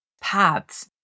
paths